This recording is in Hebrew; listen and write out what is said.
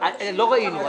6. לא ראינו,